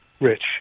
Rich